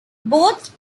both